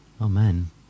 amen